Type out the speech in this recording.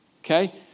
Okay